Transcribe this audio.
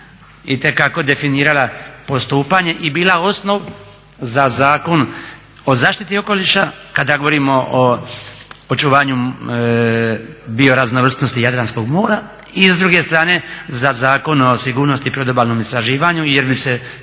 itekako definirala postupanje i bila osnov za Zakon o zaštiti okoliša kada govorimo o očuvanju bioraznovrsnosti Jadranskog mora i s druge strane za Zakon o sigurnosti predobalnom istraživanju jer bi se